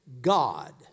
God